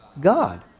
God